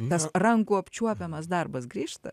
nes rankų apčiuopiamas darbas grįžta